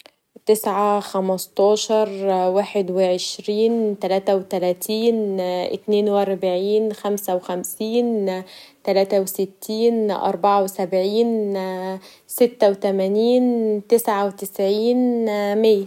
تسعه خمستاشر واحد و عشرين تلاته و تلاتين اتنين و أربعين خمسه وخمسين تلاته و ستين اربعه و سبعين سته و تمانين تسعه و تسعين ميه.